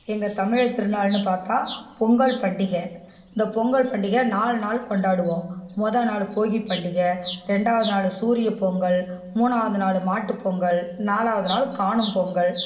எங்கள் தமிழர் திருநாள்ன்னு பார்த்தா பொங்கல் பண்டிகை இந்த பொங்கல் பண்டிகை நால் நாள் கொண்டாடுவோம் முத நாலு போகி பண்டிகை ரெண்டாவது நாள் சூரிய பொங்கல் மூணாவது நாள் மாட்டு பொங்கல் நாலாவது நாள் காணும் பொங்கல்